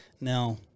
Now